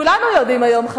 כולנו יודעים היום,